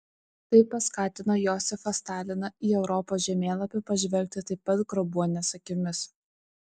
tai paskatino josifą staliną į europos žemėlapį pažvelgti taip pat grobuonies akimis